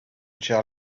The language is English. chair